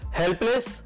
helpless